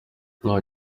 ntacyo